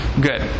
Good